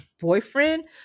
boyfriend